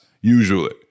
usually